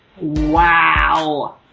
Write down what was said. Wow